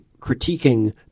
critiquing